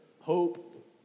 hope